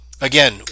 again